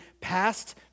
past